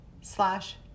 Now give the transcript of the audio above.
slash